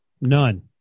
None